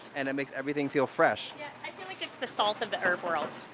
and it makes everything feel fresh i feel like it's the salt of the herb world.